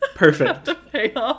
Perfect